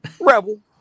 Rebel